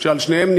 שעל שניהם,